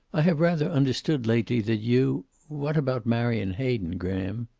i have rather understood, lately, that you what about marion hayden, graham?